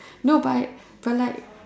no but but like